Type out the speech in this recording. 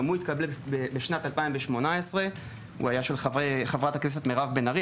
החוק התקבל בשנת 2018. הוא היה של חברת הכנסת מירב בן ארי,